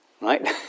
right